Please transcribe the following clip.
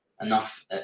enough